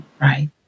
right